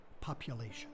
Population